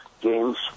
games